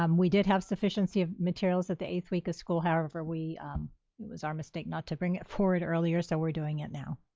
um we did have sufficiency of materials at the eighth week of school, however, it was our mistake not to bring it forward earlier so we're doing it now.